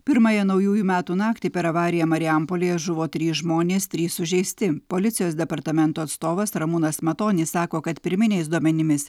pirmąją naujųjų metų naktį per avariją marijampolėje žuvo trys žmonės trys sužeisti policijos departamento atstovas ramūnas matonis sako kad pirminiais duomenimis